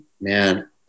Man